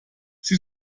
sie